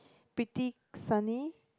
pretty sunny